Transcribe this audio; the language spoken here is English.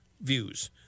views